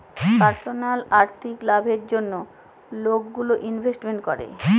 personal আর্থিক লাভের জন্য লোকগুলো ইনভেস্ট করে